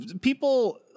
People